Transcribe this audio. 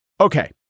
Okay